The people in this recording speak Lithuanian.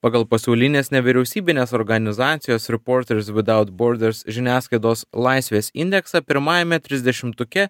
pagal pasaulinės nevyriausybinės organizacijos reporters without borders žiniasklaidos laisvės indeksą pirmajame trisdešimtuke